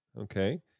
Okay